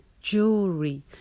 jewelry